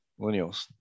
Millennials